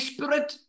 Spirit